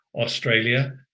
Australia